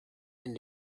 and